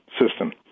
system